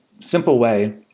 simple way.